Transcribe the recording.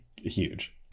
huge